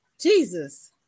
Jesus